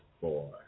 four